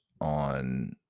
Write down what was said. on